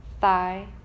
thigh